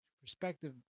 perspective